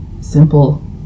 simple